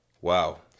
Wow